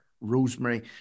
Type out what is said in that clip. Rosemary